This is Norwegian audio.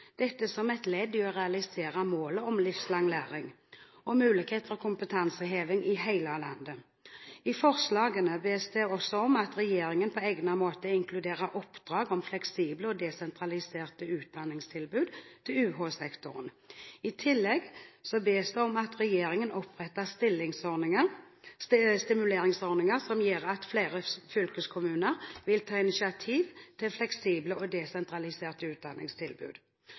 dette som et ledd i å realisere målet om livslang læring og mulighet for kompetanseheving i hele landet. I forslagene bes det også om at regjeringen på egnet måte inkluderer oppdrag om fleksible og desentraliserte utdanningstilbud til UH-sektoren. I tillegg bes det om at regjeringen oppretter stimuleringsordninger som gjør at flere fylkeskommuner vil ta initiativ til fleksible og desentraliserte utdanningstilbud.